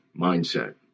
mindset